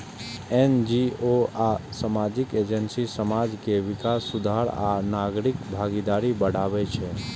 NGO आ सामाजिक agency समाज के विकास, सुधार आ नागरिक भागीदारी बढ़ाबै छै